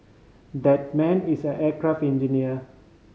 that man is an aircraft engineer